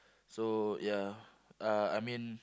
so ya uh I mean